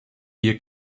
hier